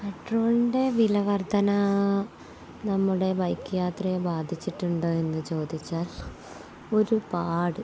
പെട്രോളിൻ്റെ വിലവർധന നമ്മുടെ ബൈക്ക് യാത്രയെ ബാധിച്ചിട്ടുണ്ടോ എന്നു ചോദിച്ചാൽ ഒരുപാട്